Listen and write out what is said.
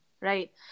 right